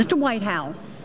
the white house